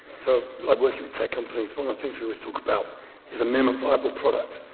so like working with tech companies, one of the things we always talk about is a minimum viable product.